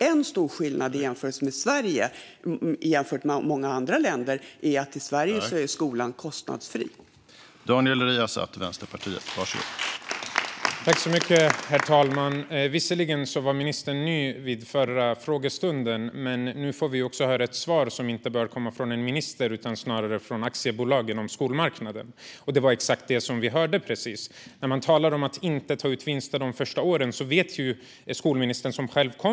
En stor skillnad för Sverige jämfört med många andra länder är att skolan är kostnadsfri i Sverige.